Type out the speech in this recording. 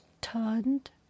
turned